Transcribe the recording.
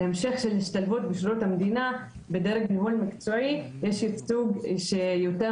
להמשך ההשתלבות בשירות המדינה בדרג ניהול מקצועי יש ייצוג שיותר